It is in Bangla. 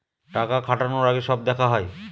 টাকা খাটানোর আগে সব দেখা হয়